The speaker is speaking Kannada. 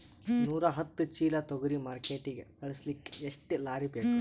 ನೂರಾಹತ್ತ ಚೀಲಾ ತೊಗರಿ ಮಾರ್ಕಿಟಿಗ ಕಳಸಲಿಕ್ಕಿ ಎಷ್ಟ ಲಾರಿ ಬೇಕು?